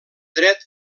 dret